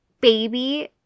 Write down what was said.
baby